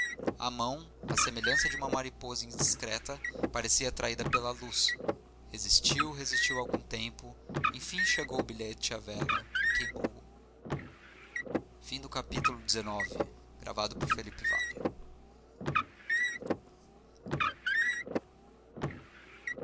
a mão à semelhança de mariposa indiscreta parecia atraída pela luz resistiu resistiu algum tempo enfim chegou o bilhete à vela e queimou o